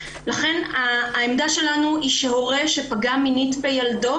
לכן העמדה שלנו היא שהורה שפגע מינית בילדו